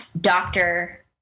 doctor